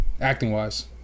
acting-wise